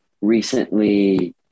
recently